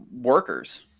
workers